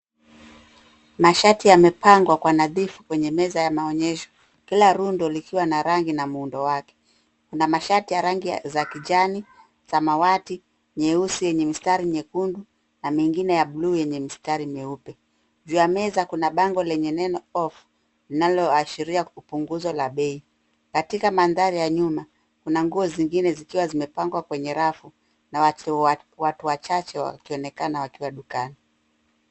Mashati yamepangwa kwa nadhifu kwenye meza ya maonyesho, kila rundo likiwa na rangi na muundo wake, kuna mashati ya rangi za kijani, samawati, nyeusi yenye mistari nyekundu, na mengine ya bluu yenye mistari myeupe. Juu ya meza kuna bango lenye neno Off linaloashiria kupunguza la bei. Katika mandhari ya nyuma, kuna nguo zingine zikiwa zimepangwa kwenye rafu na watu wachache wakionekana wakiwa dukani.